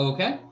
Okay